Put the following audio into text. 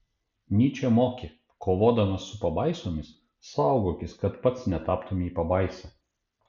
nyčė mokė kovodamas su pabaisomis saugokis kad pats netaptumei pabaisa